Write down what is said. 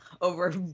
over